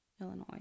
Illinois